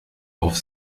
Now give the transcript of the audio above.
auf